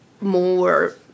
more